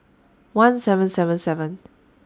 one seven seven seven